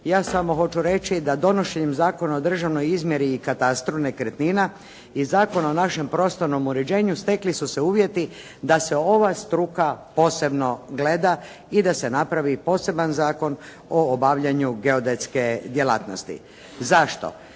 Ja samo hoću reći da donošenjem Zakona o državnoj izmjeri i katastru nekretnina i Zakonu o našem prostornom uređenju stekli su se uvjeti da se ova struka posebno gleda i da se napravi poseban zakon o obavljanju geodetske djelatnosti. Zašto?